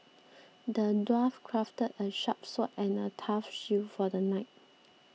the dwarf crafted a sharp sword and a tough shield for the knight